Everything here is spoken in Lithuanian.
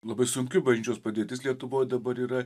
labai sunki bažnyčios padėtis lietuvoj dabar yra